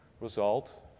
result